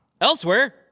Elsewhere